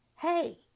Hey